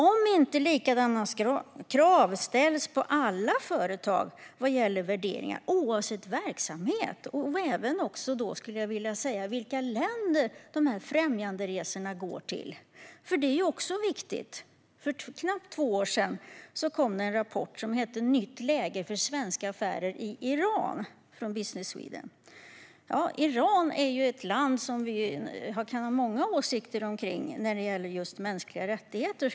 Då måste man ställa likadana krav på alla företag, oavsett verksamhet och oavsett vilka länder främjanderesorna går till. För knappt två år sedan kom det en rapport från Business Sweden som hette Nytt läge för svenska affärer i Iran . Iran är ett land som man kan ha många åsikter om när det gäller just mänskliga rättigheter.